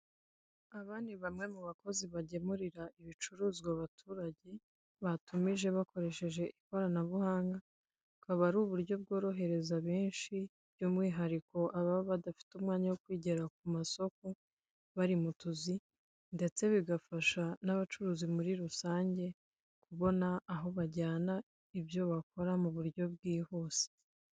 Aba ni bamwe mu bakozi bagemurira ibicuruzwa abaturage batumije bakoresheje ikoranabuhanga, akaba ari uburyo bworohereza benshi by'umwihariko aba badafite umwanya wo kwigira ku masoko bari mu tuzi ndetse bigafasha n'abacuruzi muri rusange kubona aho bajyana ibyo bakora mu buryo bwihuse.